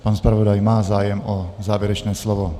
Pan zpravodaj má zájem o závěrečné slovo.